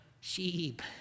sheep